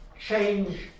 change